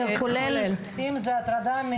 זה כולל הכול.